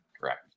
Correct